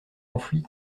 enfui